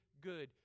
good